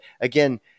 again